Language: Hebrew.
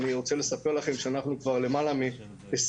אני רוצה לספר לכם שאנחנו כבר למעלה מ-20